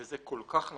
וזה כל כך נכון,